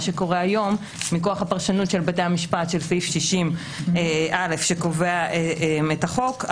כיום מכוח הפרשנות של בתי המשפט של סעיף 60א שקובע את חוק,